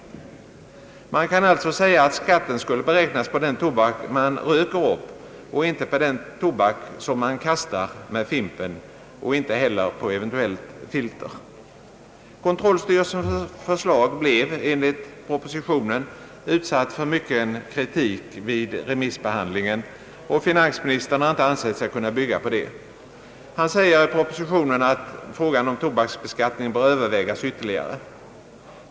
Man kan alltså säga att skatten skulle beräknas på den tobak man röker upp och inte på den tobak man kastar med fimpen och inte heller på eventuellt filter. Kontrollstyrelsens förslag blev — enligt propositionen — utsatt för mycken kritik vid remissbehandlingen, och finansministern har inte ansett sig kunna bygga på det. Han säger i propositionen att frågan om tobaksbeskattningen bör övervägas ytterligare.